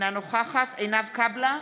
אינה נוכחת עינב קאבלה,